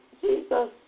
Jesus